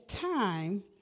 time